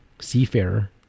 Seafarer